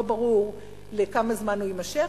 לא ברור כמה זמן יימשך,